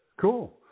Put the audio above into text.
Cool